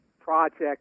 project